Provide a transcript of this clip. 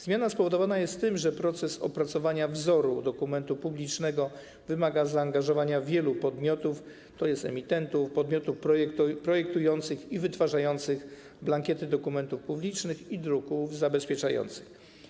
Zmiana spowodowana jest tym, że proces opracowania wzoru dokumentu publicznego wymaga zaangażowania wielu podmiotów, tj. emitentów, podmiotów projektujących i wytwarzających blankiety dokumentów publicznych i druków zabezpieczonych.